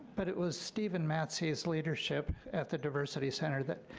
but it was steven matzie's leadership at the diversity center that